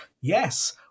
yes